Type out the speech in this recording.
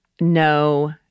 no